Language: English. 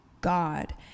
God